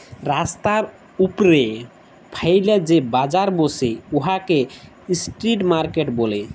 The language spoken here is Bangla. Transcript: রাস্তার উপ্রে ফ্যাইলে যে বাজার ব্যসে উয়াকে ইস্ট্রিট মার্কেট ব্যলে